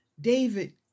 David